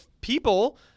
people